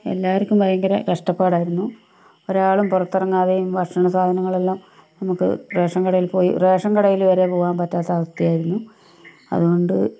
എല്ലാവർക്കും ഭയങ്കര കഷ്ടപ്പാടായിരുന്നു ഒരാളും പുറത്തിറങ്ങാതെയും ഭക്ഷണ സാധനങ്ങളെല്ലാം നമുക്ക് റേഷൻ കടയിൽ പോയി റേഷൻ കടയിൽ വരെ പോവാൻ പറ്റാത്ത അവസ്ഥയായിരുന്നു അതുകൊണ്ട്